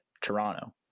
Toronto